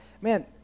Man